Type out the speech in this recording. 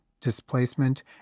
displacement